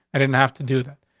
i didn't have to do that.